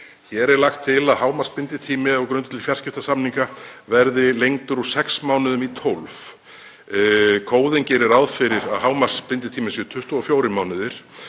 Hér er lagt til að hámarksbinditími á grundvelli fjarskiptasamninga verði lengdur úr sex mánuðum í 12. Kóðinn gerir ráð fyrir að hámarksbinditími sé 24 mánuðir